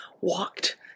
walked